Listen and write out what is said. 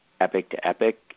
EPIC-to-EPIC